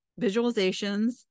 visualizations